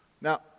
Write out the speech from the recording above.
Now